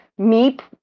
Meep